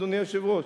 אדוני היושב-ראש?